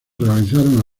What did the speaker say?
realizaron